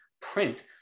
print